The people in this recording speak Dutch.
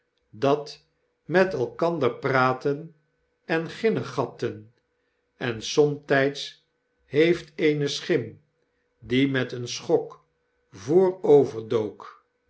dat met elkander praatten en ginnegapten en somttjds heeft eene schim die met een schok vooroverdook